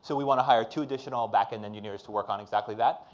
so we wanna hire two additional backend engineers to work on exactly that,